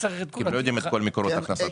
כי הם לא יודעים את כל מקורות ההכנסה שלך.